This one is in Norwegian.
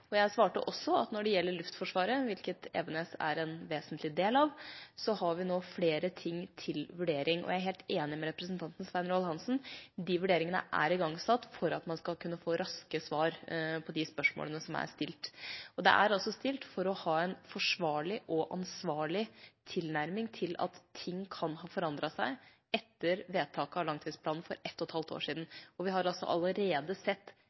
hadde. Jeg svarte også at når det gjelder Luftforsvaret, hvilket Evenes er en vesentlig del av, har vi nå flere ting til vurdering. Jeg er helt enig med representanten Svein Roald Hansen i at de vurderingene er igangsatt for at man skal kunne få raske svar på de spørsmålene som er stilt. De er altså stilt for å ha en forsvarlig og ansvarlig tilnærming til at ting kan ha forandret seg etter vedtak av langtidsplanen for ett og et halvt år siden. Vi har altså allerede sett